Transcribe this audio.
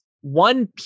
one